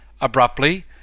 abruptly